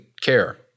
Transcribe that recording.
care